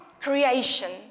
Creation